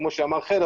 כמו שאמר חן,